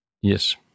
Yes